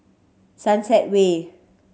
Sunset Way